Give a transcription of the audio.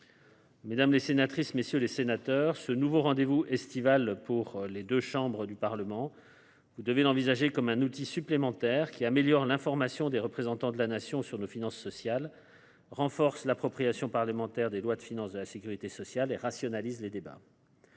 messieurs les sénateurs, vous devez envisager ce nouveau rendez vous estival pour les deux chambres du Parlement comme un outil supplémentaire qui améliore l’information des représentants de la Nation sur nos finances sociales, renforce l’appropriation parlementaire des lois de financement de la sécurité sociale et rationalise les débats.